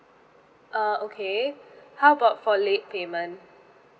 uh okay how about for late payment